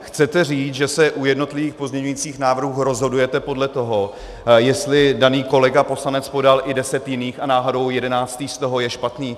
Chcete říct, že se u jednotlivých pozměňujících návrhů rozhodujete podle toho, jestli daný kolega poslanec podal i deset jiných a náhodou jedenáctý z toho je špatný?